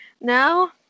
Now